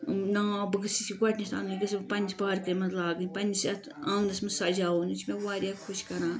ناو بہٕ گٔژھٕس یہِ گۄڈٕنٮ۪تھ اَنٕنۍ یہِ گٔژھٕس بہٕ پَننہِ پارکہِ منٛز لاگٕنۍ پننِس یَتھ آنگنَس منٛز سجاوُن یہِ چھُ مےٚ واریاہ خۄش کَران